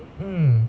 mm